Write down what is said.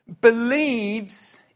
believes